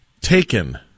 taken